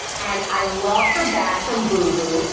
and i love her bag from boohoo.